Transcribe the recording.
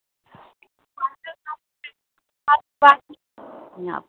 यहाँ